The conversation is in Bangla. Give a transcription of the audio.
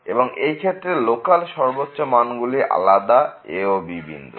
এবং এই ক্ষেত্রে লোকাল সর্বোচ্চ মান গুলি আলাদা a ও b বিন্দুতে